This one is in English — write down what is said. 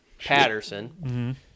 Patterson